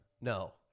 No